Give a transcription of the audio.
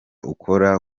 ukora